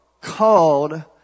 called